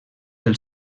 del